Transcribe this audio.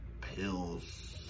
pills